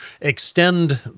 extend